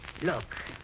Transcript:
Look